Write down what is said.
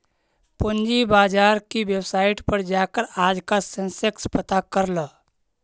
पूंजी बाजार की वेबसाईट पर जाकर आज का सेंसेक्स पता कर ल